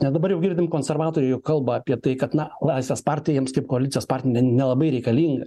nes dabar jau girdim konservatoriai jau kalba apie tai kad na laisvės partija jiems kaip koalicijos partner ne nelabai reikalinga